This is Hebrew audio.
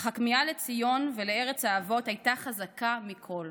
אך הכמיהה לציון ולארץ האבות הייתה חזקה מכול.